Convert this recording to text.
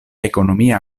ekonomia